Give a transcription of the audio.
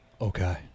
Okay